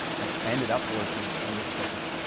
i ended up working on this topic.